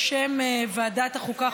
בשם ועדת החוקה,